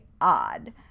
odd